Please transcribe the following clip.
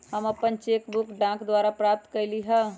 हम अपन cheque book डाक द्वारा प्राप्त कईली ह